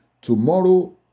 tomorrow